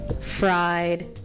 fried